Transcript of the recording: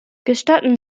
gestatten